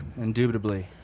Indubitably